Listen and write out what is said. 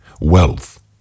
wealth